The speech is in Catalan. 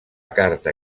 carta